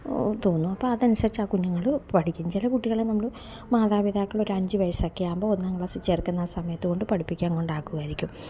തോന്നും അപ്പോള് അതനുസരിച്ച് ആ കുഞ്ഞുങ്ങള് പഠിക്കും ചില കുട്ടികളെ നമ്മള് മാതാപിതാക്കള് ഒര് അഞ്ചു വയസ്സൊക്കെ ആകുമ്പോള് ഒന്നാംക്ലാസ്സിൽ ചേർത്തുന്ന ആ സമയത്ത് കൊണ്ട് പഠിപ്പിക്കാൻ കൊണ്ടാക്കുമായിരിക്കും